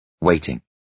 waiting